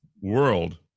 world